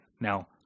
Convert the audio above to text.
Now-